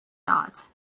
not